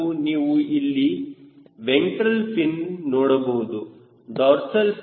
ಹಾಗೂ ನೀವು ಇಲ್ಲಿ ವೆಂಟ್ರಲ್ ಫಿನ್ ನೋಡಬಹುದು